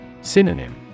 Synonym